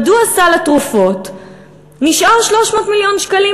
מדוע סל התרופות נשאר 300 מיליון שקלים,